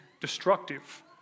destructive